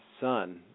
son